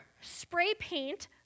spray-paint